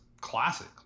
classic